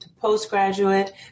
postgraduate